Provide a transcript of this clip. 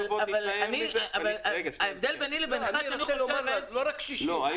אני רוצה לומר לך, לא רק קשישים.